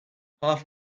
half